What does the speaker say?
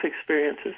experiences